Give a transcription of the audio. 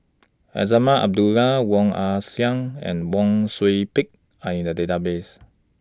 Azman Abdullah Woon Wah Siang and Wang Sui Pick Are in The Database